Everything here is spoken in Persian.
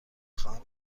خواهم